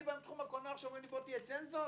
אני בתחום הקולנוע אומרים לי תהיה צנזור?